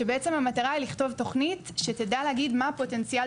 כשהמטרה היא בעצם לכתוב תוכנית שתדע להגיד מה הפוטנציאל